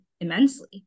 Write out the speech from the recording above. immensely